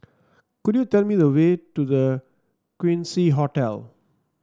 could you tell me the way to The Quincy Hotel